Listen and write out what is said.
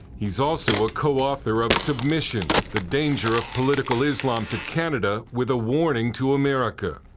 he's also a co-author of submission the danger of political islam to canada, with a warning to america.